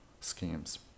schemes